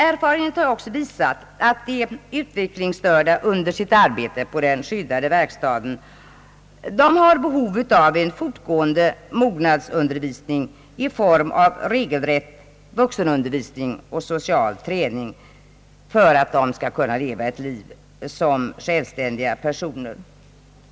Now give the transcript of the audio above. Erfarenheten har visat att de utvecklingsstörda under sitt arbete på den skyddade verkstaden har behov av en fortgående mognadsundervisning i form av regelrätt vuxenundervisning och social träning för att kunna leva ett liv som självständiga personer.